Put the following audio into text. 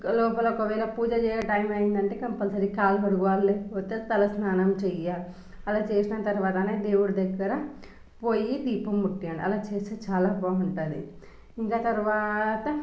లోపల ఒకవేళ పూజ చేసే టైం అయ్యింది అంటే కంపల్సరీ కాళ్ళు కడగాలి లేకపోతే తల స్నానం చెయ్యాలి అలా చేసిన తర్వాతనే దేవుడి దగ్గర పోయి దీపం ముట్టియ్యాలి అలా చేస్తే చాలా బాగుంటుంది ఇంకా తర్వాత